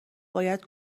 باید